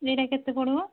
ଏଇଟା କେତେ ପଡ଼ିବ